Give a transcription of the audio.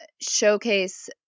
showcase